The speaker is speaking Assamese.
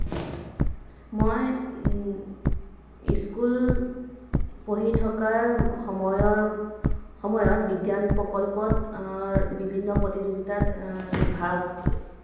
মই ইস্কুল পঢ়ি থকাৰ সময়ৰ সময়ত বিজ্ঞান প্ৰকল্পত বিভিন্ন প্ৰতিযোগিতাত ভাগ